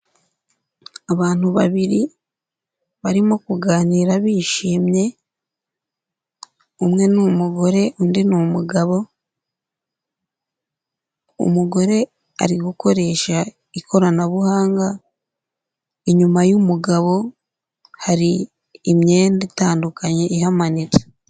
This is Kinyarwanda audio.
Abantu babiri barimo kuganira bishimye umwe ni umugore undi ni umugabo, umugore ari gukoresha ikoranabuhanga, inyuma y'umugabo hari imyenda itandukanye ihamanitse.